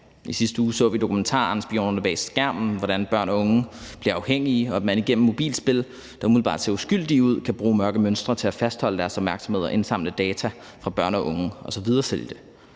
I sidste uge så vi i dokumentaren »Spionerne bag skærmen«, hvordan børn og unge bliver afhængige, og at man igennem mobilspil, der umiddelbart ser uskyldige ud, kan bruge mørke mønstre til at fastholde deres opmærksomhed og indsamle data fra børn og unge og